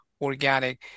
organic